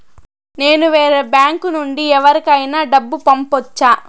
నేను వేరే బ్యాంకు నుండి ఎవరికైనా డబ్బు పంపొచ్చా?